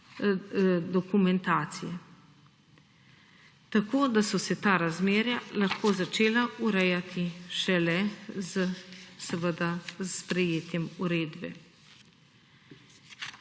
dokumentacije. Tako, da so se ta razmerja lahko začela urejati šele z seveda s sprejetjem uredbe.